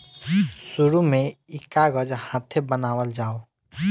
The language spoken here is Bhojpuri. शुरु में ई कागज हाथे बनावल जाओ